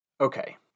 Okay